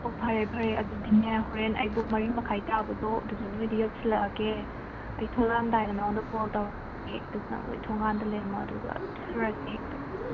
ꯑꯣ ꯐꯔꯦ ꯐꯔꯦ ꯑꯗꯨꯗꯤꯅꯦ ꯍꯣꯔꯦꯟ ꯑꯩ ꯄꯨꯡ ꯃꯔꯤ ꯃꯈꯥꯏ ꯇꯥꯕꯗꯣ ꯑꯗꯨꯗ ꯅꯣꯏꯗ ꯌꯧꯁꯤꯜꯂꯛꯑꯒꯦ ꯑꯩ ꯊꯣꯛꯂꯛꯑꯝꯗꯥꯏꯗ ꯅꯉꯣꯅꯗ ꯀꯣꯜ ꯇꯧꯔꯛꯀꯦ ꯑꯗꯨꯒ ꯅꯣꯏ ꯊꯣꯡꯒꯥꯟꯗ ꯂꯩꯔꯝꯃꯣ ꯑꯗꯨꯒ ꯆꯠꯂꯨꯔꯁꯦ ꯍꯦꯛꯇ